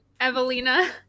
Evelina